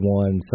one